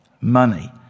Money